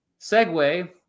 segue